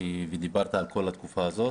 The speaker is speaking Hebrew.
דיברת על כל התקופה הזאת,